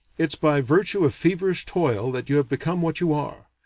it's by virtue of feverish toil that you have become what you are.